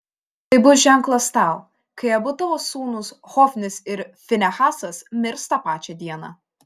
tai bus ženklas tau kai abu tavo sūnūs hofnis ir finehasas mirs tą pačią dieną